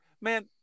Man